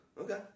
Okay